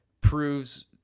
proves